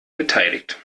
beteiligt